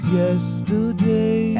yesterday